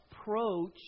approach